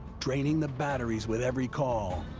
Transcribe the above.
draining the batteries with every call.